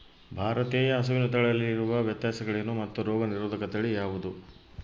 ಭಾರತೇಯ ಹಸುವಿನ ತಳಿಗಳಲ್ಲಿ ಇರುವ ವ್ಯತ್ಯಾಸಗಳೇನು ಮತ್ತು ರೋಗನಿರೋಧಕ ತಳಿ ಯಾವುದು?